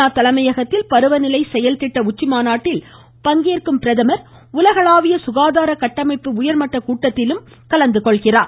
நா தலைமையகத்தில் பருவநிலை செயல் திட்ட உச்சிமாநாட்டில் பங்கேற்கும் அவர் உலகளாவிய சுகாதார கட்டமைப்பு உயர்மட்ட கூட்டத்தில் பங்கேற்கிறார்